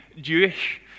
Jewish